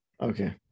Okay